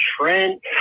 Trent